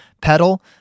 pedal